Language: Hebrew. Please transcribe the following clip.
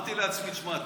אמרתי לעצמי: שמע,